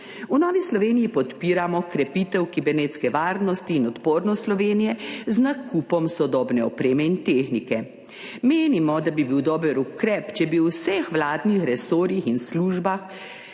V Novi Sloveniji podpiramo krepitev kibernetske varnosti in odpornost Slovenije z nakupom sodobne opreme in tehnike. Menimo, da bi bil dober ukrep, če bi v vseh vladnih resorjih in službah